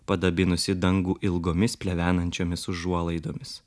padabinusi dangų ilgomis plevenančiomis užuolaidomis